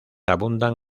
abundan